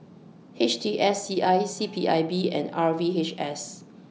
H T S C I C P I B and R V H S